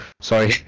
sorry